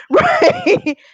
right